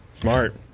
Smart